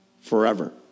forever